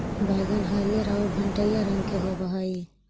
बइगन हरियर आउ भँटईआ रंग के होब हई